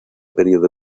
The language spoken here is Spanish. periodo